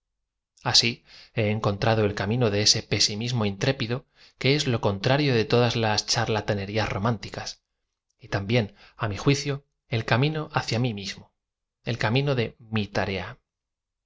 asi be encontrado el camino de ese pesimismo intrépido que es lo contrario de todas las charlatanerías románticas y también á mi juicio el camino hacia mi mismo el camino de m i tarea